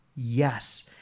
Yes